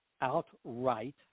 outright